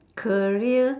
career